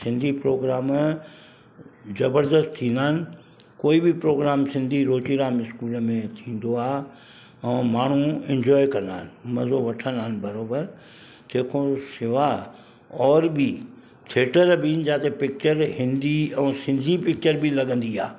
Sindhi programme जबरदस्तु थींदा आहिनि कोई बि प्रोग्राम सिंधी रोचीराम इस्कूल में थींदो आहे ऐं माण्हू एंजॉए कंदा आहिनि मज़ो वठंदा आहिनि बराबरि जेको शेवा आहे हॉल बि थिएटर बि आहिनि जिते पिकिचरु हिंदी सिंधी पिकिचरु बि लॻंदी आहे